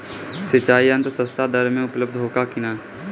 सिंचाई यंत्र सस्ता दर में उपलब्ध होला कि न?